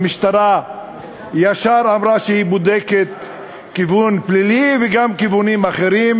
המשטרה ישר אמרה שהיא בודקת כיוון פלילי וגם כיוונים אחרים,